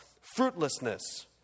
fruitlessness